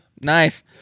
Nice